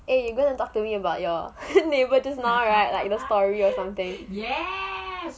eh you gonna talk to me about your neighbour just now right like the story or something